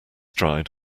dried